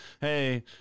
Hey